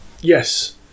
Yes